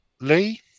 Lee